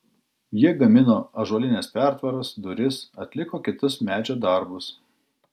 jie gamino ąžuolines pertvaras duris atliko kitus medžio darbus